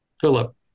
Philip